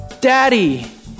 Daddy